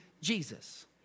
Jesus